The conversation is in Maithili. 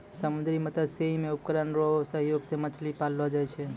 समुन्द्री मत्स्यिकी मे उपकरण रो सहयोग से मछली पाललो जाय छै